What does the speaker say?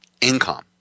income